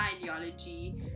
ideology